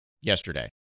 yesterday